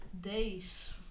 days